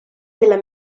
della